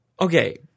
okay